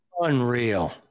Unreal